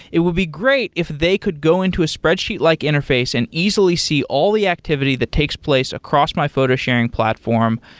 it would be great if they could go into a spreadsheet like interface and easily see all the activity that takes place across my photo sharing platform.